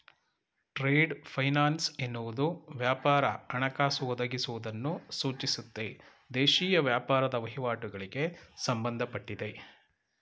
trade finance ಎನ್ನುವುದು ವ್ಯಾಪಾರ ಹಣಕಾಸು ಒದಗಿಸುವುದನ್ನು ಸೂಚಿಸುತ್ತೆ ದೇಶೀಯ ವ್ಯಾಪಾರದ ವಹಿವಾಟುಗಳಿಗೆ ಸಂಬಂಧಪಟ್ಟಿದೆ